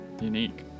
unique